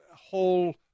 whole